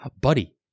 buddy